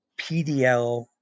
PDL